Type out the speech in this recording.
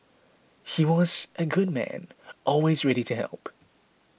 he was a good man always ready to help